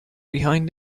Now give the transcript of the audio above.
behind